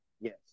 Yes